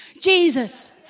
Jesus